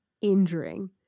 injuring